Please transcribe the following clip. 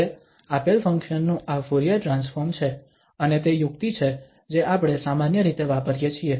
હવે આપેલ ફંક્શન નું આ ફુરીયર ટ્રાન્સફોર્મ છે અને તે યુક્તિ છે જે આપણે સામાન્ય રીતે વાપરીએ છીએ